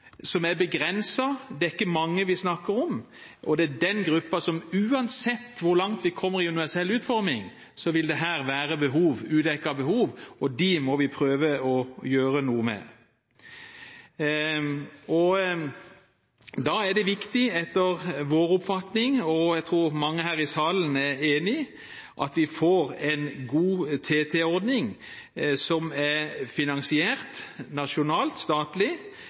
begrenset – det er ikke mange vi snakker om – og som har spesielt store behov. Det er den gruppen som uansett hvor langt vi kommer med universell utforming, vil ha et udekket behov, og dem må vi prøve å gjøre noe med. Da er det viktig, etter vår oppfatning – jeg tror mange her i salen er enige i det – at vi får en god TT-ordning, som er statlig finansiert og nasjonalt